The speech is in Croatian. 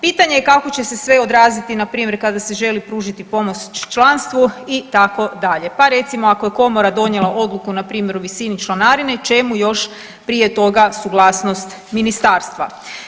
Pitanje je kako će se sve odraziti npr. kada se želi pružiti pomoć članstvu itd., pa recimo ako je komora donijela odluku npr. u visini članarine čemu još prije toga suglasnost ministarstva.